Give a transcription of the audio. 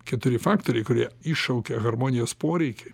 keturi faktoriai kurie iššaukia harmonijos poreikį